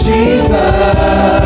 Jesus